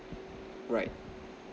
right